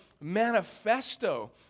manifesto